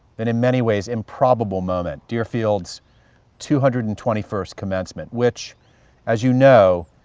and in many ways improbable moment, deerfield's two hundred and twenty first commencement, which as you know,